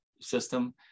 system